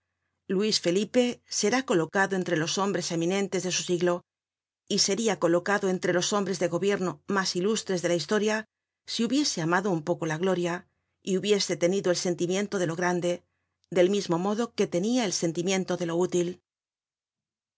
luis felipe será colocado entre los hombres eminentes de su siglo y seria colocado entre los hombres de gobierno mas ilustres de la historia si hubiese amado un poco la gloria y hubiese tenido el sentimiento de lo grande del mismo modo que tenia el sentimiento de lo útil